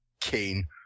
Kane